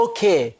Okay